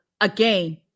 again